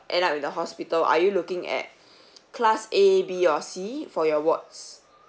end up in the hospital are you looking at class A B or C for your wards